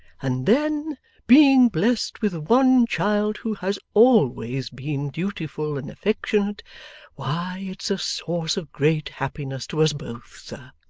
and then being blessed with one child who has always been dutiful and affectionate why, it's a source of great happiness to us both, sir